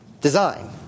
design